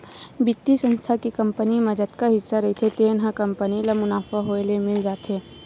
बित्तीय संस्था के कंपनी म जतका हिस्सा रहिथे तेन ह कंपनी ल मुनाफा होए ले मिल जाथे